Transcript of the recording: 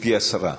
גברתי השרה,